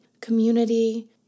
community